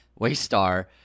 Waystar